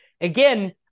again